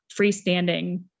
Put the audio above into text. freestanding